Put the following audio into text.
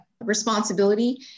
responsibility